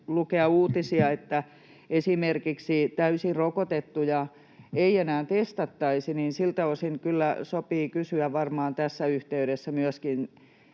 lukea uutisia, että esimerkiksi täysin rokotettuja ei enää testattaisi, sopii varmaan siltä osin tässä yhteydessä kysyä